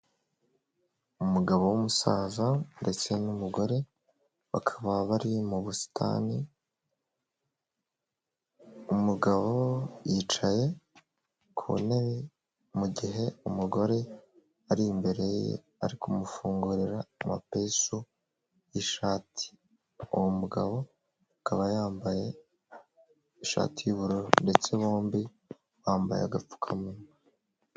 Umugabo w'umusaza ndetse n'umugore, bakaba bari mu busitani, umugabo yicaye ku ntebe mu gihe umugore ari imbere ye ari kumufungurira amapesu y'ishati, uwo mugabo akaba yambaye ishati y'ubururu ndetse bombi bambaye agapfukamunwa.